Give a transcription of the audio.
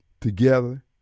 together